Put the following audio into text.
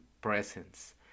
presence